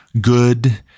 good